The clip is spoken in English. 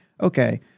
okay